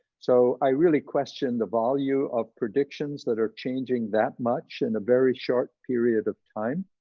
so i really question the value of predictions that are changing that much in a very short period of time.